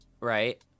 right